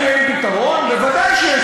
סיפורי בוז'י.